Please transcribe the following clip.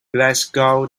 glasgow